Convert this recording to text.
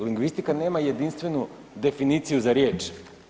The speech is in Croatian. Lingvistika nema jedinstvenu definiciju za riječ.